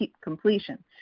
completion